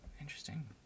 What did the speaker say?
interesting